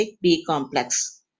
B-complex